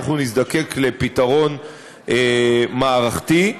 ואנחנו נזדקק לפתרון מערכתי.